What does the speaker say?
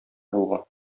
булган